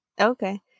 Okay